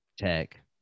tech